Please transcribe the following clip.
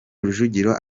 rujugiro